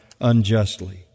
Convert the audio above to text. unjustly